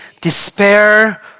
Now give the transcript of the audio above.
despair